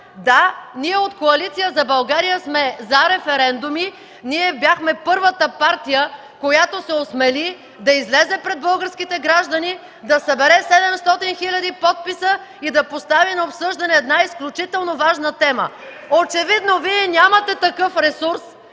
Да, ние от Коалиция за България сме за референдуми, ние бяхме първата партия, която се осмели да излезе пред българските граждани, да събере 700 хил. подписа и да постави на обсъждане една изключително важна тема! Очевидно Вие нямате такъв ресурс,